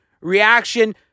reaction